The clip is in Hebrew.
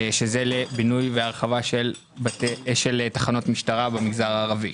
שזה לבינוי והרחבה של תחנות משטרה במגזר הערבי.